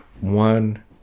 one